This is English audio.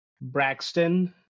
Braxton